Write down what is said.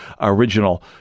original